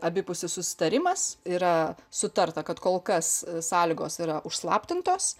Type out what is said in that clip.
abipusis susitarimas yra sutarta kad kol kas sąlygos yra užslaptintos